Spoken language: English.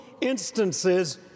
instances